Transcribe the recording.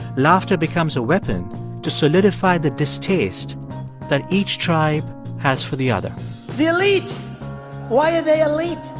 laughter becomes a weapon to solidify the distaste that each tribe has for the other the elite why are they elite?